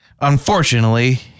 Unfortunately